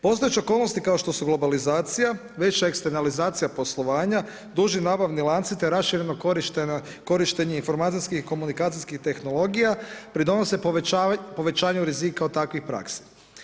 Postojeće okolnosti kao što su globalizacija, veća eksternalizacija poslovanja, duži nabavni lanci te rašireno korištenje informacijskih i komunikacijskih tehnologija pridonose povećanju rizika od takvih praksi.